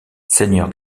seigneur